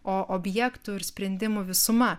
o objektų ir sprendimų visuma